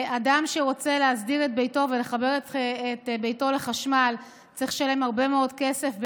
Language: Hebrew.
אדם שרוצה להסדיר את ביתו ולחבר את ביתו לחשמל צריך לשלם הרבה מאוד כסף,